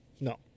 No